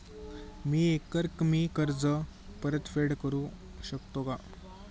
मी एकरकमी कर्ज परतफेड करू शकते का?